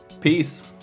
Peace